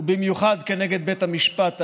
ובמיוחד נגד בית המשפט העליון.